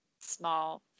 small